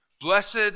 Blessed